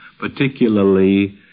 particularly